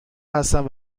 هستم